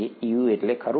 Eu એટલે ખરું ને